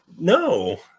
No